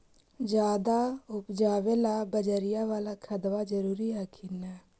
ज्यादा उपजाबे ला बजरिया बाला खदबा जरूरी हखिन न?